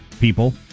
people